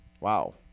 Wow